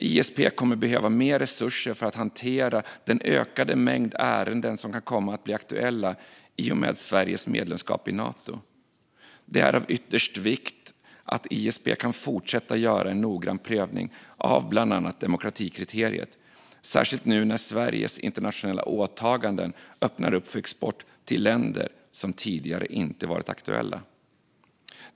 ISP kommer att behöva mer resurser för att hantera den ökade mängd ärenden som kan komma att bli aktuella i och med Sveriges medlemskap i Nato. Det är av yttersta vikt att ISP kan fortsätta göra en noggrann prövning av bland annat demokratikriteriet, särskilt nu när Sveriges internationella åtaganden öppnar upp för export till länder som tidigare inte varit aktuella.